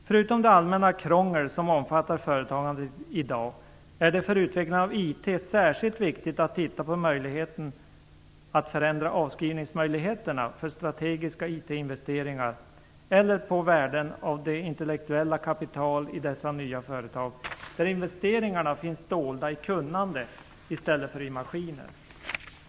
Förutom det allmänna krångel som omfattar företagandet i dag är det för utvecklingen av IT särskilt viktigt att man tittar på möjligheten att förändra avskrivningsmöjligheterna för strategiska IT-investeringar eller på värden av det intellektuella kapitalet i dessa nya företag där investeringarna finns dolda i kunnande i stället för i maskiner.